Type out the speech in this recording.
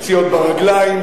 פציעות ברגליים,